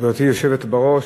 מכובדתי היושבת בראש,